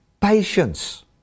patience